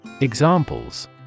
Examples